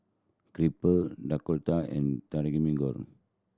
Crepe Dhokla and Takikomi Gohan